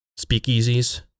speakeasies